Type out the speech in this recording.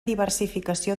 diversificació